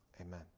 Amen